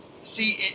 see